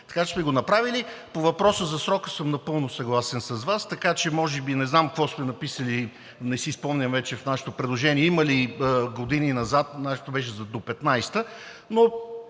така че сме го направили. По въпроса за срока съм напълно съгласен с Вас. Не знам какво сме написали, не си спомням вече в нашето предложение има ли години назад, нашето беше за до 15-а, но